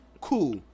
Cool